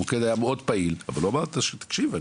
המוקד היה מאוד פעיל אבל הוא אמר, תקשיב,